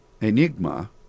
enigma